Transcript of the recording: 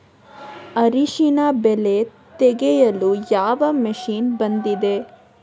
ಅರಿಶಿನ ಬೆಳೆ ತೆಗೆಯಲು ಯಾವ ಮಷೀನ್ ಬಂದಿದೆ?